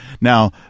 Now